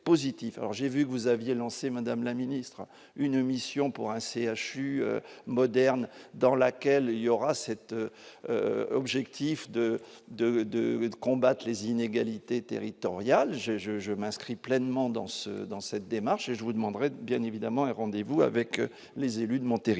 j'ai vu que vous aviez lancé Madame la ministre, une mission pour un CHU moderne dans laquelle il y aura cette objectif de, de, de combattre les inégalités territoriales, je, je, je m'inscris pleinement dans ce dans cette démarche et je vous demanderai bien évidemment un rendez-vous avec les élus de mon territoire.